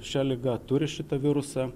šia liga turi šitą virusą